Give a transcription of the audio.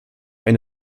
eine